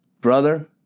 brother